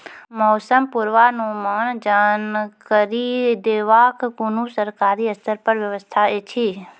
मौसम पूर्वानुमान जानकरी देवाक कुनू सरकारी स्तर पर व्यवस्था ऐछि?